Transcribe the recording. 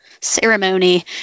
ceremony